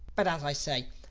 but, as i said,